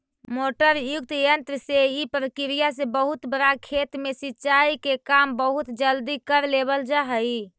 motor युक्त यन्त्र से इ प्रक्रिया से बहुत बड़ा खेत में सिंचाई के काम बहुत जल्दी कर लेवल जा हइ